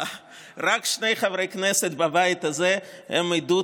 רק שני חברי כנסת בבית הזה הם עדות